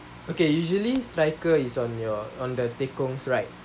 okay usually striker is on your on the tekong's right